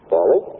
Follow